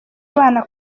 abana